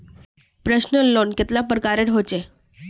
Personal loan कतेला प्रकारेर होचे?